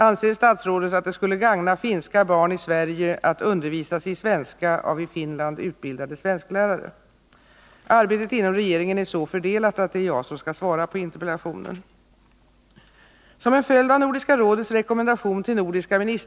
Anserstatsrådet att det skulle gagna finska barn i Sverige att undervisas i svenska av i Finland utbildade svensklärare? Arbetet inom regeringen är så fördelat att det är jag som skall svara på interpellationen.